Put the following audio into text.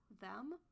them-